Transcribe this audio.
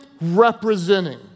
representing